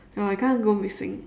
no I can't go missing